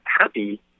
happy